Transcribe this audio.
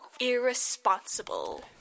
irresponsible